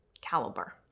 caliber